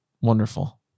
wonderful